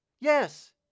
Yes